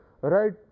right